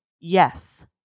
Yes